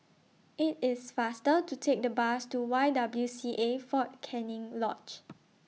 IT IS faster to Take The Bus to Y W C A Fort Canning Lodge